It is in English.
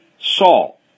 Saul